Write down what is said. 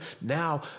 now